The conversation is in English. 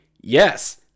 Yes